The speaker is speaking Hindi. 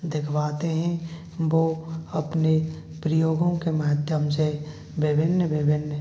दिखाते हैं वह अपने प्रयोगों के माध्यम से विभिन्न विभिन्न